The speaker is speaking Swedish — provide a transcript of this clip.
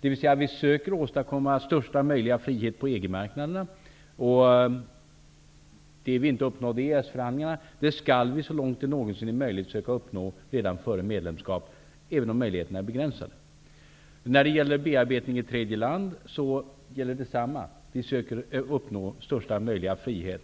dvs. att vi söker åstadkomma största möjliga frihet på EG-marknaderna. Det som vi inte uppnådde i EES-förhandlingarna, skall vi så långt som det någonsin är möjligt söka uppnå redan före medlemskap, även om möjligheterna är begränsade. När det gäller bearbetning i tredje land gäller detsamma. Vi söker uppnå största möjliga frihet.